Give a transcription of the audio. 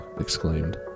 exclaimed